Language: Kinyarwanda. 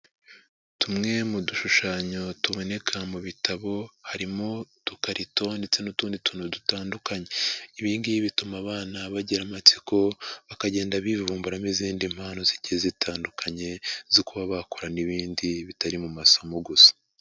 Tumwe mu dushushanyo tuboneka mu bitabo, harimo udukarito ndetse n'utundi tuntu dutandukanye. Ibi ngiyi bituma abana bagira amatsiko, bakagenda bivumburamo izindi mpano ziye zitandukanye zo kuba bakura n'ibindi bitari mu masomo gusa.